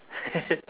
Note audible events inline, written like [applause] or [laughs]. [laughs]